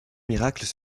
miracles